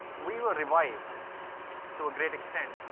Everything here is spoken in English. we were revived to a great extent.